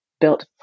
built